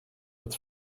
het